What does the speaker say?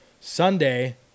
Sunday